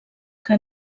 que